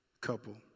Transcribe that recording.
couple